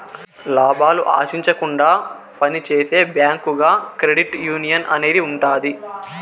లాభాలు ఆశించకుండా పని చేసే బ్యాంకుగా క్రెడిట్ యునియన్ అనేది ఉంటది